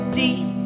deep